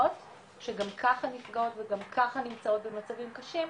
שגם ככה נפגעות וגם ככה נמצאות במצבים קשים,